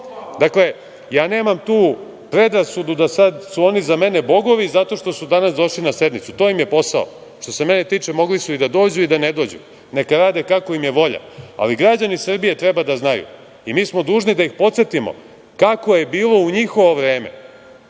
ja nemam tu predrasudu da su sad oni za mene bogovi zato što su danas došli na sednicu, to im je posao, što se mene tiče mogli su i da dođu i da ne dođu, neka rade kako im je volja, ali građani Srbije treba da znaju i mi smo dužni da ih podsetimo kako je bilo u njihovo vreme. Danas